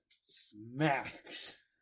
Smacks